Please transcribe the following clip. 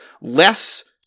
less